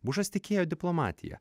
bušas tikėjo diplomatija